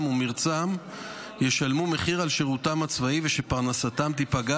ומרצם ישלמו מחיר על שירותם הצבאי ושפרנסתם תיפגע